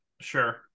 sure